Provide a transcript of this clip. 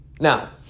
Now